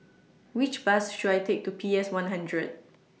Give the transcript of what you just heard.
Which Bus should I Take to P S one hundred